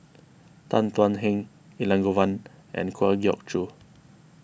Tan Thuan Heng Elangovan and Kwa Geok Choo